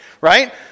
Right